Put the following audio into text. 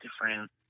different